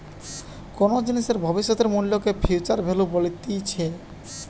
কোনো জিনিসের ভবিষ্যতের মূল্যকে ফিউচার ভ্যালু বলতিছে